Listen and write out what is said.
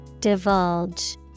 Divulge